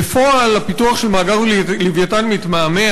בפועל, הפיתוח של מאגר "לווייתן" מתמהמה.